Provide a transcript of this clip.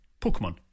Pokemon